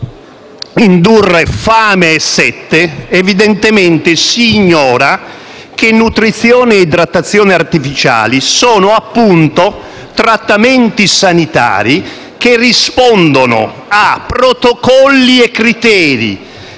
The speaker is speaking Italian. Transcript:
indurre fame e sete, evidentemente si ignora che nutrizione e idratazione artificiali sono appunto trattamenti sanitari che rispondono a protocolli e criteri,